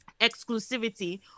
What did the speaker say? exclusivity